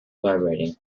vibrating